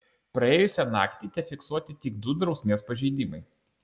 praėjusią naktį tefiksuoti tik du drausmės pažeidimai